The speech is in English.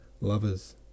lovers